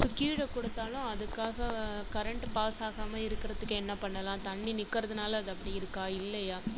so கீழே கொடுத்தாலும் அதுக்காக கரண்ட்டு பாஸ் ஆகாமல் இருக்கிறதுக்கு என்ன பண்ணலாம் தண்ணி நிற்கறதுனால அது அப்படி இருக்கா இல்லையா